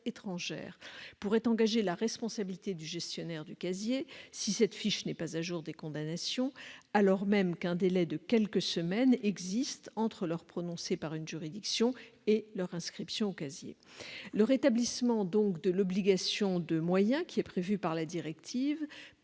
pourrait engager la responsabilité du gestionnaire de casier, si cette fiche n'est pas à jour des condamnations, alors même qu'un délai de quelques semaines existe entre leur prononcé par une juridiction et leur inscription au casier. Le rétablissement de l'obligation de moyens prévu par la directive